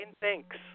thanks